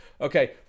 okay